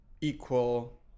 equal